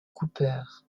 cooper